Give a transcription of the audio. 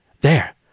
There